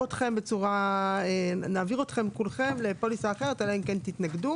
את כולכם לפוליסה אחרת אלא אם כן תתנגדו.